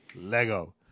Lego